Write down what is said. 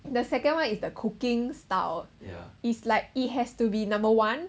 the second one is the cooking style it's like it has to be number one